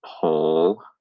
pull